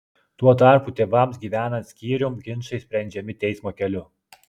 tuo tarpu tėvams gyvenant skyrium ginčai sprendžiami teismo keliu